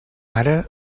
ara